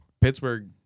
Pittsburgh